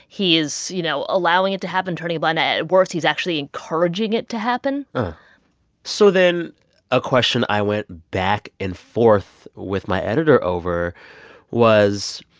he is, you know, allowing it to happen turning a blind eye. at worst, he's actually encouraging it to happen so then a question i went back and forth with my editor over was,